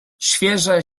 świeże